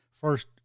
first